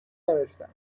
نوشتم